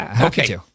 Okay